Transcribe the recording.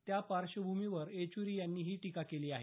त्या पार्श्वभूमीवर येच्री यांनी ही टीका केली आहे